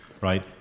right